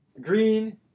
green